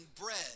bread